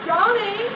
Johnny